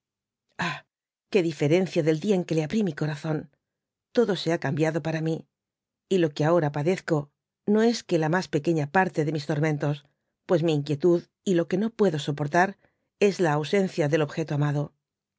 qué diferencia del día en que le abrí mi corazón todo fle ha cambiado para mi y lo que ahora padezco no es que la mas pequeáa parte de mis tormentos pues mi inquietud y lo que no puedo soportar es la ausencia del objeto amado